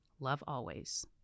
lovealways